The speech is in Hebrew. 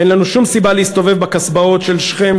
אין לנו שום סיבה להסתובב בקסבות של שכם,